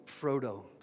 Frodo